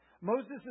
Moses